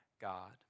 God